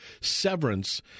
Severance